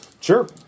sure